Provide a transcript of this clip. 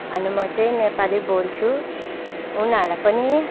अनि म चाहिँ नेपाली बोल्छु उनीहरूलाई पनि